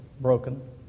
broken